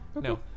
No